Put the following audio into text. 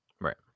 Right